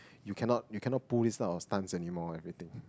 you cannot you cannot pull it out of stunts anymore everything